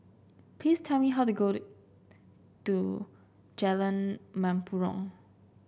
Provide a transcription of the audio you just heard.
please tell me how to got to Jalan Mempurong